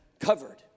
covered